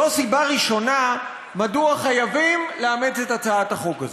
זו סיבה ראשונה מדוע חייבים לאמץ את הצעת החוק הזו.